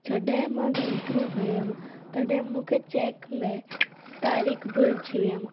जॾहिं मां बैंक में वियमि तॾहिं मूंखे चेक में तारीख़ भुलिजी वियमि